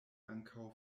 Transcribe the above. ankaŭ